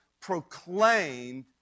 proclaimed